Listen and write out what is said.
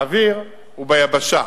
באוויר וביבשה.